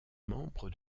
membre